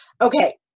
Okay